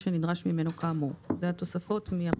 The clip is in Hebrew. יש תוספת בפסקה (1)(ד),